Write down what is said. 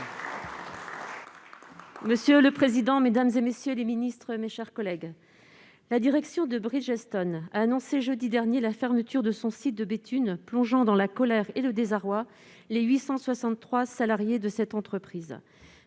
Monsieur le président, mesdames, messieurs les ministres, mes chers collègues, la direction de Bridgestone a annoncé, jeudi dernier, la fermeture de son site de Béthune, plongeant dans la colère et le désarroi les 863 salariés de cette entreprise.